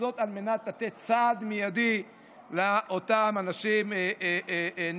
וזאת על מנת לתת סעד מיידי לאותם אנשים נפגעים.